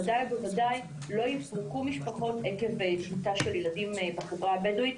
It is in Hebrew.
ובוודאי לא ייפגעו משפחות עקב תמונה של ילדים בחברה הבדואית.